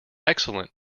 excellent